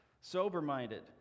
sober-minded